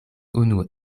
unu